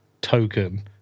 token